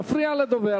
אתה מפריע לדובר,